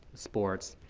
sports,